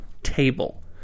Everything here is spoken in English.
table